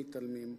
מתעלמים.